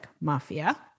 Mafia